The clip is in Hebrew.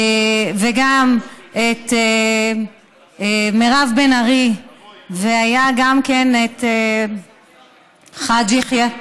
וגם מירב בן ארי והיה גם חאג' יחיא,